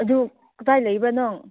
ꯑꯗꯨ ꯀꯗꯥꯏ ꯂꯩꯕꯅꯣ